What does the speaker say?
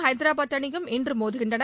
ஐதராபாத் அணியும் இன்று மோதுகின்றன